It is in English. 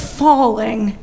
falling